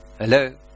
Hello